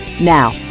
Now